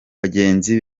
bagenzi